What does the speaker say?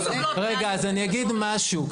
רגע, אז אני אגיד משהו.